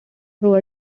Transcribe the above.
through